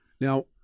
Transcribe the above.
Now